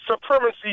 supremacy